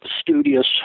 studious